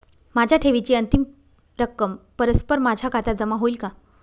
माझ्या ठेवीची अंतिम रक्कम परस्पर माझ्या खात्यात जमा होईल का?